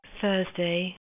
Thursday